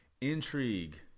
Intrigue